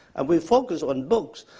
and we focus on books,